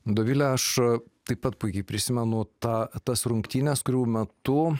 dovile aš taip pat puikiai prisimenu tą tas rungtynes kurių metu